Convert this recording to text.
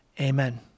Amen